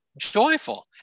joyful